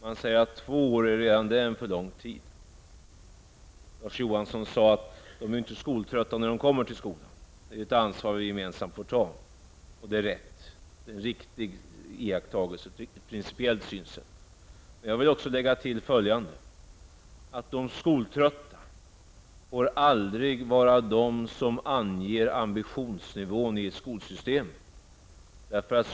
Man säger att redan två år är en för lång tid. Larz Johansson sade att eleverna inte är skoltrötta när de kommer till skolan. Det är ett ansvar som vi gemensamt får ta. Det är en riktig iakttagelse och ett principiellt synsätt. Jag vill också lägga till följande: De skoltrötta får aldrig vara de som anger ambitionsnivån i ett skolsystem.